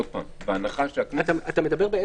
באילו משני ההקשרים אתה מדבר?